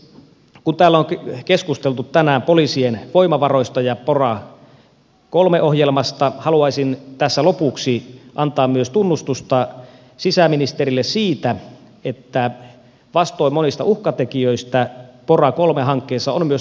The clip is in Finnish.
kun täällä on keskusteltu tänään poliisien voimavaroista ja pora iii ohjelmasta haluaisin tässä lopuksi antaa myös tunnustusta sisäministerille siitä että vastoin monia uhkatekijöitä pora iii hankkeessa on myös onnistumisia